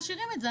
ומשאירים את זה.